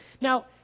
Now